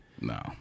No